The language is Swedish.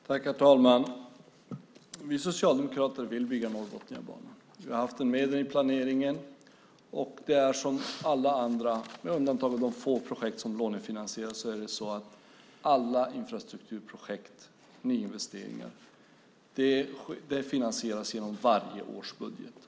Herr talman! Vi socialdemokrater vill bygga Norrbotniabanan. Vi har haft med den i planeringen. Alla infrastrukturprojekt och nyinvesteringar, med undantag av de få projekt som lånefinansieras, finansieras genom varje års budget, så även Norrbotniabanan.